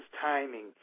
timing